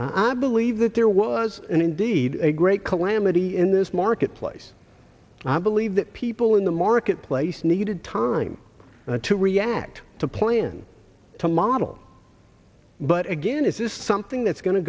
i believe that there was and indeed a great calamity in this marketplace i believe that people in the marketplace needed time to react to plan to model but again is this something that's going to